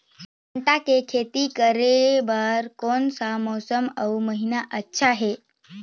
भांटा के खेती करे बार कोन सा मौसम अउ महीना अच्छा हे?